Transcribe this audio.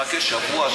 מחכה שבוע,